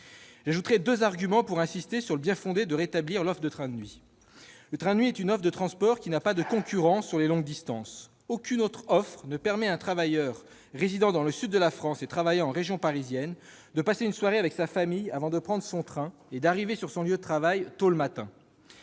J'ajouterai deux arguments pour insister sur le bien-fondé d'une nouvelle offre de trains de nuit. Mon premier argument est que le train de nuit représente une offre de transport qui n'a pas de concurrence sur les longues distances. Aucune autre offre ne permet à un travailleur résidant dans le sud de la France et travaillant en région parisienne de passer une soirée avec sa famille avant de prendre son train et d'arriver sur son lieu de travail tôt le matin.